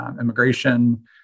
immigration